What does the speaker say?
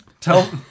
Tell